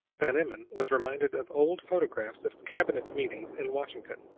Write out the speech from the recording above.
van emmon was reminded of old photographs of cabinet meetings in washington,